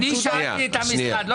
אני שאלתי את המשרד.